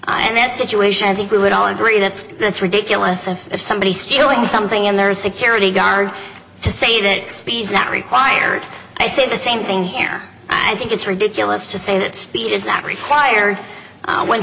and that situation i think we would all agree that's that's ridiculous of if somebody stealing something in their security guard to say that he's not required i say the same thing here i think it's ridiculous to say that speed is not required when